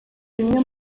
bimwe